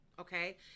okay